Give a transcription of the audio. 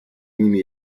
nimi